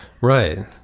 Right